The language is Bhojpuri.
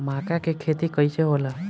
मका के खेती कइसे होला?